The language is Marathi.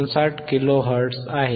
59 किलो हर्ट्झ आहे